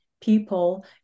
people